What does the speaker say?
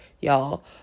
y'all